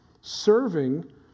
Serving